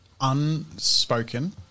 unspoken